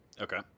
Okay